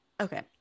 okay